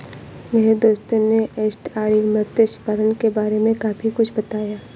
मेरे दोस्त ने एस्टुअरीन मत्स्य पालन के बारे में काफी कुछ बताया